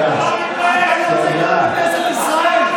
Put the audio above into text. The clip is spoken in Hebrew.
בבקשה.